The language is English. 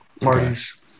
parties